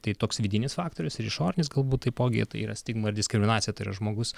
tai toks vidinis faktorius ir išorinis galbūt taipogi tai yra stigma diskriminacija tai yra žmogus